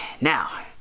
Now